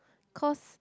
cause